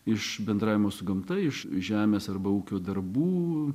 iš bendravimo su gamta iš žemės arba ūkio darbų